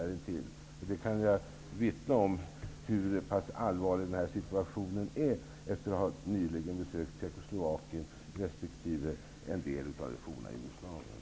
Jag kan vittna om hur pass allvarlig denna situation är efter det att jag nyligen har besökt Tjeckoslovakien och en del av det forna Jugoslavien.